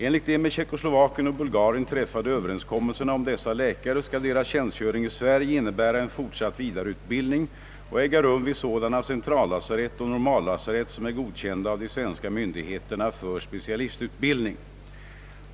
Enligt de med Tjeckoslovakien och Bulgarien träffade överenskommelserna om dessa läkare skall deras tjänstgöring i Sverige innebära en fortsatt vidareutbildning och äga rum vid sådana centrallasarett och normallasarett, som är godkända av de svenska myndigheterna för specialistutbildning.